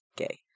Okay